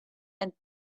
and